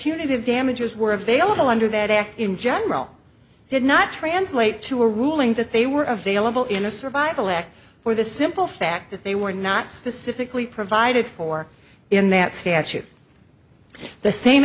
punitive damages were available under that act in general did not translate to a ruling that they were available in a survival act for the simple fact that they were not specifically provided for in that statute the same